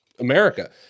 america